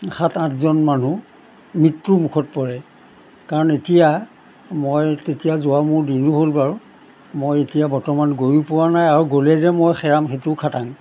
সাত আঠজন মানুহ মৃত্যু মুখত পৰে কাৰণ এতিয়া মই তেতিয়া যোৱা মোৰ দিনো হ'ল বাৰু মই এতিয়া বৰ্তমান গৈও পোৱা নাই আৰু গ'লে যে মই হেৰাম সেইটোও খাটাং